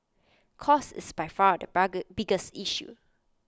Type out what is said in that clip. cost is by far the biggest issue